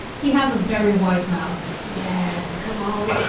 he has a very wide mouth. yes. come on.